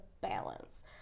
balance